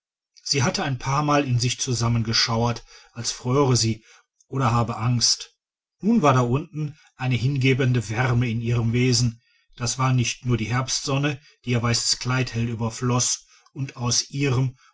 sie hatte ein paarmal in sich zusammengeschauert als fröre sie oder habe angst nun war da unten eine hingebende wärme in ihrem wesen das war nicht nur die herbstsonne die ihr weißes kleid hell überfloß und aus ihrem